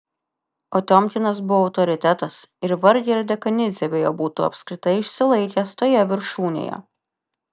o tiomkinas buvo autoritetas ir vargiai ar dekanidzė be jo būtų apskritai išsilaikęs toje viršūnėje